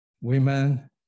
women